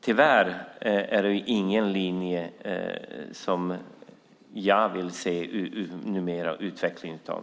Det är en linje som jag inte vill se mer av.